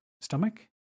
stomach